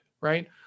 Right